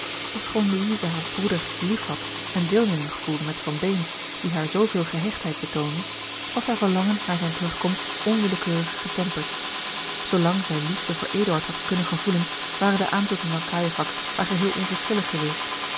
ofschoon louise haren broeder lief had en deelneming gevoelde met van beem die haar zooveel gehechtheid betoonde was haar verlangen naar zijne terugkomst onwillekeurig getemperd zoolang zij liefde voor eduard had kunnen gevoelen waren de aanzoeken van cajefax haar geheel onverschillig geweest